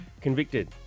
Convicted